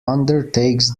undertakes